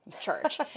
church